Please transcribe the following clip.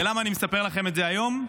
למה אני מספר לכם את זה היום?